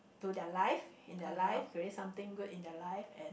to their life in their life doing something good in their life and